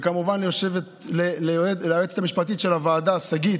וכמובן ליועצת המשפטית של הוועדה, שגית.